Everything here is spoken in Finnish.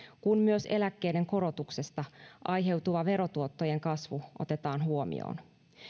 kun myös eläkkeiden korotuksesta aiheutuva verotuottojen kasvu otetaan huomioon